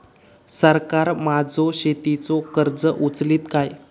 सरकार माझो शेतीचो खर्च उचलीत काय?